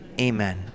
Amen